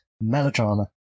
melodrama